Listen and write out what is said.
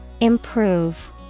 Improve